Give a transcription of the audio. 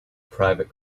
private